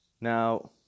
Now